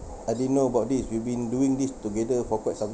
I didn't know about this we've been doing this together for quite some